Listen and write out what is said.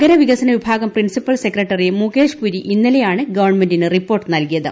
നഗര വികസന വിഭാഗം പ്രിൻസിപ്പൽ സെക്രട്ടറി മുകേഷ് പുരി ഇന്നലെയാണ് ഗവൺമെന്റിന്റ് റിപ്പോർട്ട് നൽകിയത്